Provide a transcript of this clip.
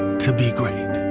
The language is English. to be great.